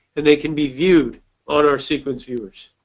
and they can be viewed on our sequence viewers.